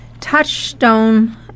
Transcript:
Touchstone